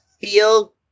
feel